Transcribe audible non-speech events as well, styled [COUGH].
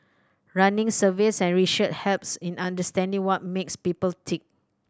running surveys and [UNINTELLIGIBLE] helps in understanding what makes people tick